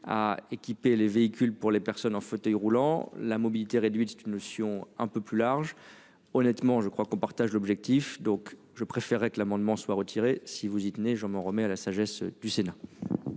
À équiper les véhicules pour les personnes en fauteuil roulant la mobilité réduite. C'est une notion un peu plus large. Honnêtement, je crois qu'on partage l'objectif donc je préférerais que l'amendement soit retiré si vous y tenez, je m'en remets à la sagesse du Sénat.